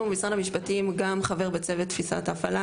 אנחנו במשרד המשפטים גם חבר בצוות תפיסת ההפעלה,